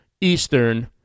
eastern